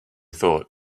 thought